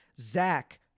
Zach